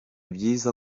byiza